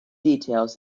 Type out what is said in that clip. details